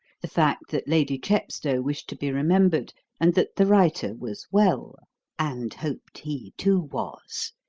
the fact that lady chepstow wished to be remembered and that the writer was well and hoped he, too, was.